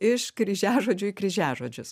iš kryžiažodžių į kryžiažodžius